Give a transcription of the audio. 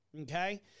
Okay